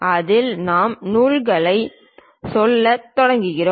அதில் நாம் நூல்களைச் சொல்லத் தொடங்குகிறோம்